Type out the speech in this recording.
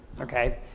Okay